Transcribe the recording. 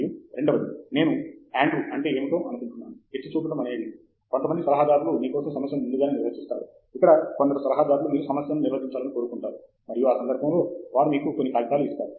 మరియు రెండవది నేను ఆండ్రూ అంటే ఏమిటో అనుకుంటున్నాను ఎత్తి చూపడం అనేది కొంతమంది సలహాదారులు మీ కోసం సమస్యను ముందుగానే నిర్వచిస్తారు ఇక్కడ కొందరు సలహాదారులు మీరు సమస్యను నిర్వచించాలని కోరుకుంటారు మరియు ఆ సందర్భంలో వారు మీకు ఇస్తారు కొన్ని కాగితాలు మరియు మొదలైనవి ఇస్తారు